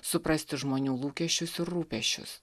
suprasti žmonių lūkesčius ir rūpesčius